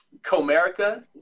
Comerica